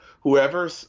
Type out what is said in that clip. whoever